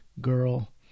girl